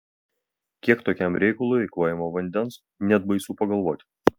kiek tokiam reikalui eikvojama vandens net baisu pagalvoti